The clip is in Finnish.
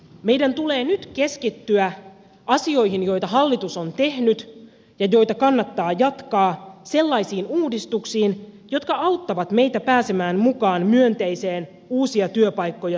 meidän tulee nyt keskittyä asioihin joita hallitus on tehnyt ja joita kannattaa jatkaa sellaisiin uudistuksiin jotka auttavat meitä pääsemään mukaan myönteiseen uusia työpaikkoja synnyttävään kehitykseen